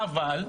אבל,